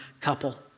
couple